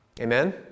Amen